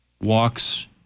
walks